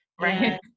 Right